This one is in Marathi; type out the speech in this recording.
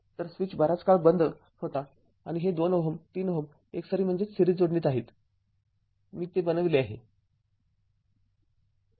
तर स्विच बराच काळ बंद होता आणि हे २Ω ३Ω एकसरी जोडणीत आहेत मी ते बनवले आहे